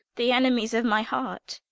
the enemies of my heart,